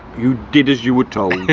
you did as you were told.